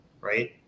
right